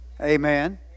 Amen